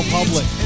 Public